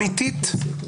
בסוף,